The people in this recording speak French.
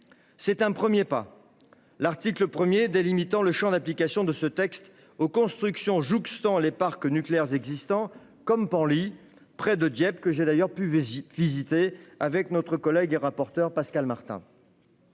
C'est un premier pas. L'article 1 délimite le champ d'application de ce texte aux constructions jouxtant les parcs nucléaires existants, comme celui de Penly, près de Dieppe, que j'ai d'ailleurs visité avec notre collègue et rapporteur pour avis Pascal Martin.